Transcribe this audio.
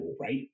right